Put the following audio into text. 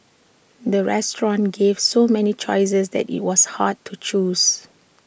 the restaurant gave so many choices that IT was hard to choose